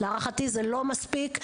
להערכתי זה לא מספיק,